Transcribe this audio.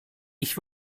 ich